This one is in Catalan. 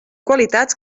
qualitats